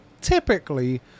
typically